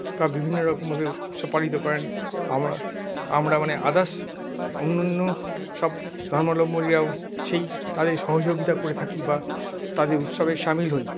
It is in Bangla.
বা বিভিন্ন রকম ভাবে উৎসব পালিত করেন আমরা আমরা মানে আদার্স অন্যান্য সব ধর্মাবলম্বীও সেই তাদের সহযোগিতা করে থাকি বা তাদের উৎসবে সামিল হই